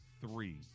three